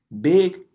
Big